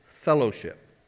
fellowship